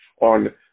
on